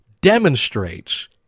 demonstrates